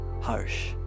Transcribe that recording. Harsh